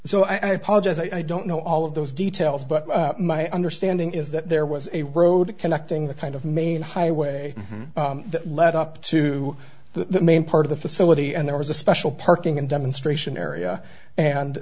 so i apologize i don't know all of those details but my understanding is that there was a road connecting the kind of main highway that led up to the main part of the facility and there was a special parking and demonstration area and